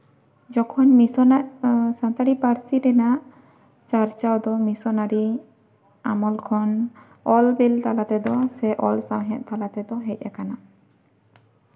ᱡᱚᱠᱷᱚᱱ ᱢᱤᱥᱚᱱᱚᱜ ᱥᱟᱱᱛᱟᱲᱤ ᱯᱟᱹᱨᱥᱤ ᱨᱮᱱᱟᱜ ᱪᱟᱨᱪᱟᱣ ᱫᱚ ᱢᱤᱥᱚᱱᱟᱨᱤ ᱟᱢᱚᱞ ᱠᱷᱚᱱ ᱚᱞᱵᱤᱞ ᱛᱟᱞᱟ ᱛᱮᱫᱚ ᱥᱮ ᱚᱞ ᱥᱟᱶᱦᱮᱫ ᱛᱟᱞᱟ ᱛᱮᱫᱚ ᱦᱮᱡ ᱟᱠᱟᱱᱟ